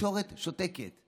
והתקשורת שותקת.